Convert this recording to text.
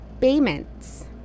payments